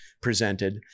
presented